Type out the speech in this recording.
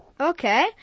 Okay